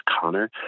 Connor